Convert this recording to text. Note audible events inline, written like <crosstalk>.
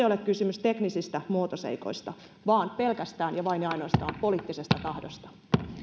<unintelligible> ole kysymys teknisistä muotoseikoista vaan pelkästään ja vain ja ainoastaan poliittisesta tahdosta